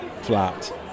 flat